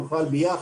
בעישון נרגילה,